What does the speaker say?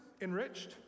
enriched